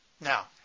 Now